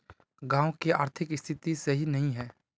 गाँव की आर्थिक स्थिति सही नहीं है?